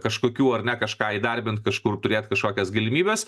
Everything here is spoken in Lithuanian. kažkokių ar ne kažką įdarbint kažkur turėt kažkokias galimybes